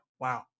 Wow